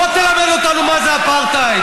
בוא תלמד אותנו מה זה אפרטהייד.